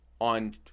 on